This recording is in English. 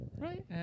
Right